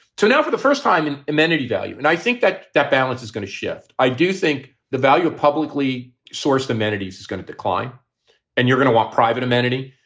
now for the first time in amenity value. and i think that that balance is going to shift. i do think the value of publicly sourced amenities is going to decline and you're going to want private amenity.